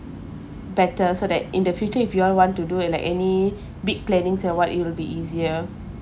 better so that in the future if you all want to do like any big plannings and what it will be easier